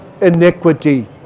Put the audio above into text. iniquity